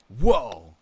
whoa